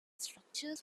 structures